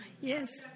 yes